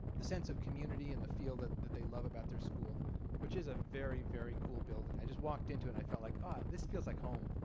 the sense of community and the feel that that they love about their school which is a very very cool building. i just walked into and i felt like ah this feels like home.